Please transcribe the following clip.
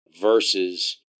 versus